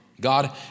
God